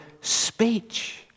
speech